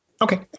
Okay